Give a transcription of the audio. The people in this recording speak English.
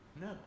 No